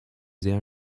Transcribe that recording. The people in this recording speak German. sehr